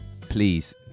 please